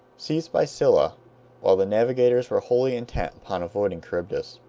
seized by scylla while the navigators were wholly intent upon avoiding charybdis.